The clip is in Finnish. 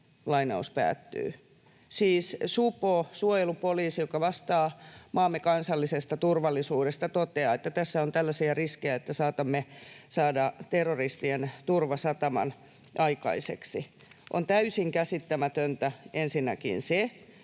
Siis supo, suojelupoliisi, joka vastaa maamme kansallisesta turvallisuudesta, toteaa, että tässä on tällaisia riskejä, että saatamme saada terroristien turvasataman aikaiseksi. On täysin käsittämätöntä ensinnäkin se,